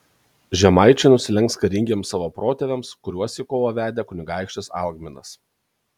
žemaičiai nusilenks karingiems savo protėviams kuriuos į kovą vedė kunigaikštis algminas